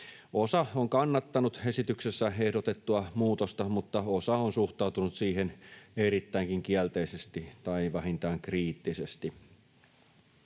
Osa on kannattanut esityksessä ehdotettua muutosta, mutta osa on suhtautunut siihen erittäinkin kielteisesti tai vähintään kriittisesti.